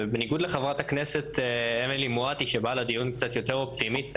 בניגוד לחברת הכנסת אמילי מואטי שבאה לדיון קצת יותר אופטימית,